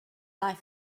life